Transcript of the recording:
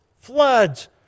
floods